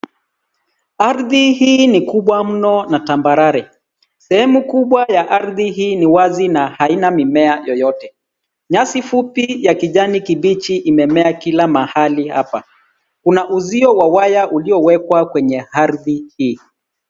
Ardhi hii ni kubwa mno na tambarare. Sehemu kubwa ya ardhi hii ni wazi na haina mimea yoyote. Nyasi fupi ya kijani kibichi imemea kila mahali hapa . Una uzio wa waya uliowekwa kwenye ardhi hii.